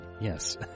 yes